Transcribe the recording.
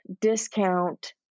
discount